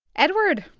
eduard,